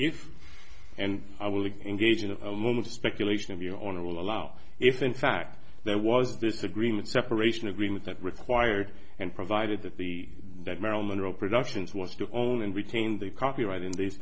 if and i will engage in a moment of speculation of your own to allow if in fact there was disagreement separation agreement that required and provided that the that marilyn monroe productions was to own and retain the copyright in this